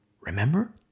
Remember